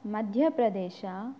Madhya Pradesh